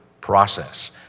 process